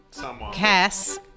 Cass